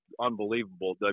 unbelievable